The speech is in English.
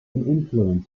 been